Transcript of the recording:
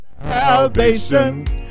salvation